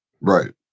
right